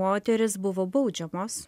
moterys buvo baudžiamos